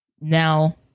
Now